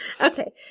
okay